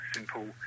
Simple